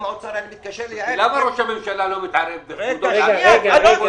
מתקשר ליעל --- למה ראש הממשלה לא מתערב בכבודו ובעצמו?